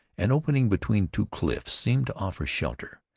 an opening between two cliffs seemed to offer shelter,